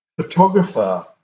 Photographer